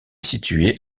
située